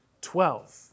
twelve